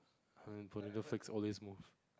um bonito flakes all these moves